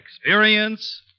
Experience